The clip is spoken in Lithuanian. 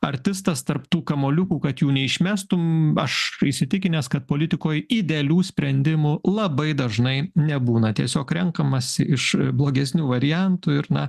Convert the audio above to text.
artistas tarp tų kamuoliukų kad jų neišmestum aš įsitikinęs kad politikoj idealių sprendimų labai dažnai nebūna tiesiog renkamasi iš blogesnių variantų ir na